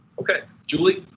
okay, julie,